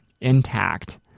intact